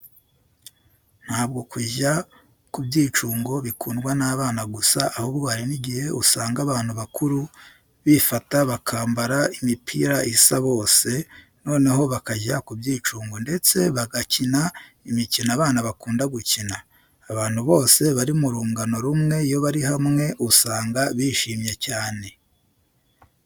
Ntabwo kujya ku byicungo bikundwa n'abana gusa ahubwo hari n'igihe usanga abantu bakuru bifata bakambara imipira isa bose, noneho bakajya ku byicungo ndetse bagakina imikino abana bakunda gukina. Abantu bose bari mu rungano rumwe iyo bari hamwe usanga bishimye cyane.